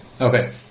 Okay